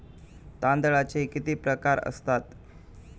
तांदळाचे किती प्रकार असतात?